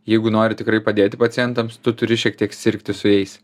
jeigu nori tikrai padėti pacientams tu turi šiek tiek sirgti su jais